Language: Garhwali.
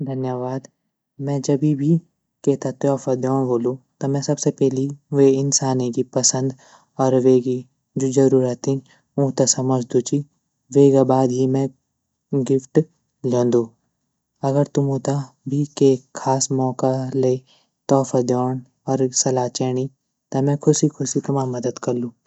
धन्यवाद में जभी भी के ता तौफ़ा दयोंण वोलू त में सबसे पैली वे इंसाने गी पसंद और वेगी जू ज़रूरत छीन ऊँ त समझ दु ची वेगा बाद ही में गिफ्ट लयन्दु अगर तुमु त भी के ख़ास मौक़ा ले तौफ़ा दयोंण और सलाह चेणी त में ख़ुशी ख़ुशी तुम्हा मदद कलू।